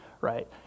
right